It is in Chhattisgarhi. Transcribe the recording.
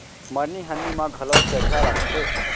मरनी हरनी म घलौ चरिहा लागथे